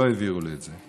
לא העבירו לי את זה.